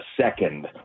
second